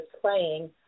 playing